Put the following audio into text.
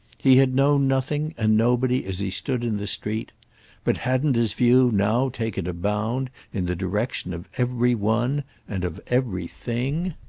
he had known nothing and nobody as he stood in the street but hadn't his view now taken a bound in the direction of every one and of every thing?